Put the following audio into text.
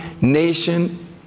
nation